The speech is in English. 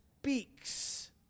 speaks